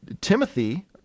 Timothy